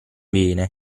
viene